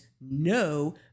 no